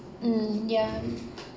mm ya